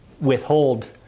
withhold